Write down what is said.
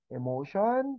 emotion